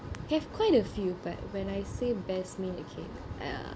have quite a few but when I say best meal okay uh